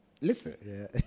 Listen